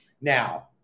Now